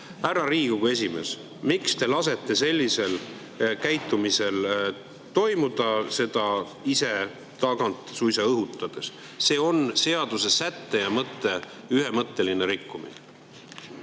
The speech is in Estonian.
Riigikogu esimees! Miks te lasete sellisel käitumisel toimuda, seda ise tagant suisa õhutades? See on seaduse sätte ja mõtte ühemõtteline rikkumine.